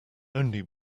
only